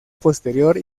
posterior